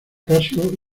casio